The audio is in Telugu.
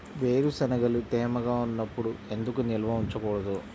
వేరుశనగలు తేమగా ఉన్నప్పుడు ఎందుకు నిల్వ ఉంచకూడదు?